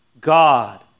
God